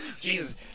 Jesus